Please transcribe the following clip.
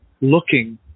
looking